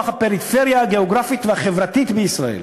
הפריפריה הגיאוגרפית והחברתית בישראל".